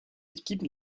équipe